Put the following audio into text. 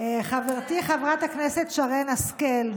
חברתי חברת הכנסת שרן השכל,